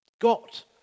got